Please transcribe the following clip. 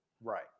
Right